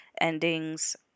endings